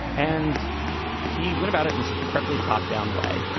and he went about it in this incredibly top-down way,